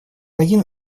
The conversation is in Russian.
один